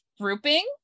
grouping